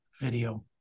video